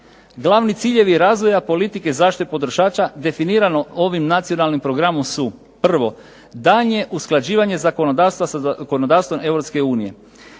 Glavni ciljevi razvoja politike zaštite potrošača definirano ovim nacionalnim programom su. Prvo, daljnje usklađivanje zakonodavstva sa zakonodavstvom